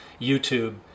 YouTube